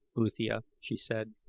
uthia, she said.